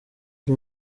ari